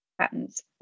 Patents